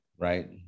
Right